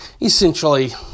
essentially